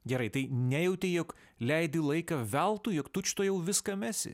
gerai tai nejautei jog leidi laiką veltui juk tučtuojau viską mesi